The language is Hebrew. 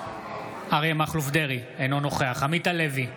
אריה מכלוף דרעי, אינו נוכח עמית הלוי,